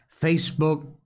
Facebook